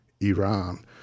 Iran